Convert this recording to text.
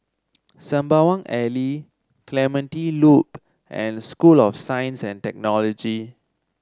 Sembawang Alley Clementi Loop and School of Science and Technology